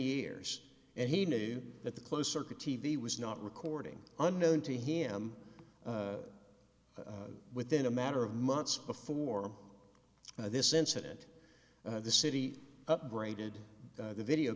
years and he knew that the close circuit t v was not recording unknown to him within a matter of months before this incident the city upgraded the video